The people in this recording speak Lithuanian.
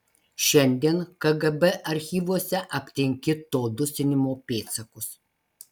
šiandien kgb archyvuose aptinki to dusinimo pėdsakus